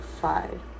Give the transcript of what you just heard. five